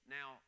Now